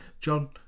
John